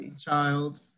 child